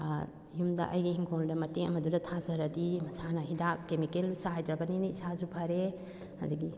ꯑꯥ ꯌꯨꯝꯗ ꯑꯩꯒꯤ ꯏꯪꯈꯣꯜꯗ ꯃꯇꯦꯛ ꯑꯃꯗꯨꯗ ꯊꯥꯖꯔꯗꯤ ꯃꯁꯥꯅ ꯍꯤꯗꯥꯛ ꯀꯦꯃꯤꯀꯦꯜ ꯆꯥꯏꯗ꯭ꯔꯕꯅꯤꯅ ꯏꯁꯥꯁꯨ ꯐꯔꯦ ꯑꯗꯨꯗꯒꯤ